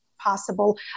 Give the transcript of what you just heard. possible